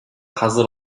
hazır